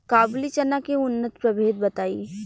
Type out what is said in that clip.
काबुली चना के उन्नत प्रभेद बताई?